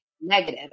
negative